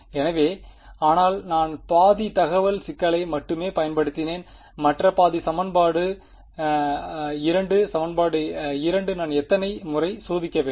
எனவே ஆனால் நான் பாதி தகவல் சிக்கலை மட்டுமே பயன்படுத்தினேன் மற்ற பாதி சமன்பாடு 2 சமன்பாடு 2 நான் எத்தனை முறை சோதிக்க வேண்டும்